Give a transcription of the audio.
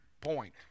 point